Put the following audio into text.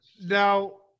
Now